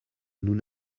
nous